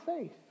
faith